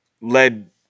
led